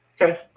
Okay